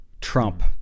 trump